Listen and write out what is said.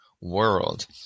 world